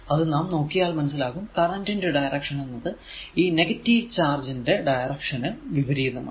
അത് നാം നോക്കിയാൽ മനസ്സിലാകും കറന്റ് ന്റെ ഡയറൿഷൻ എന്നത് ഈ നെഗറ്റീവ് ചാർജ് ന്റെ ഡയറൿഷൻ നു വിപരീതമാണ്